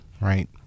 right